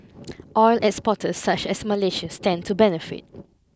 oil exporters such as Malaysia stand to benefit